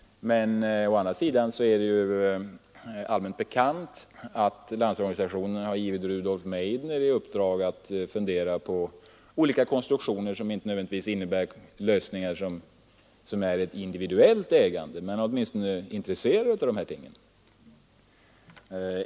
Men å andra sidan är det allmänt bekant att Landsorganisationen har givit Rudolf Meidner i uppdrag att fundera på olika konstruktioner, som inte nödvändigtvis innebär lösningar med individuellt ägande men där man åtminstone är intresserad av sådana ting.